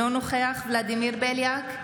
אינו נוכח ולדימיר בליאק,